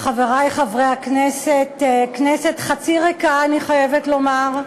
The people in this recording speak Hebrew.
חברי חברי הכנסת, כנסת חצי ריקה, אני חייבת לומר.